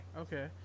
okay